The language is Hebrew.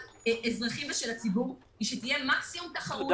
האזרחים ושל הציבור הוא שתהיה מקסימום תחרות,